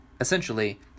Essentially